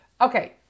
Okay